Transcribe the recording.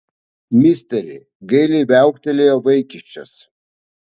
misteri gailiai viauktelėjo vaikiščias